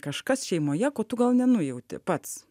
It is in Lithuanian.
kažkas šeimoje ko tu gal nenujauti pats